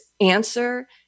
answer